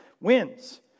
wins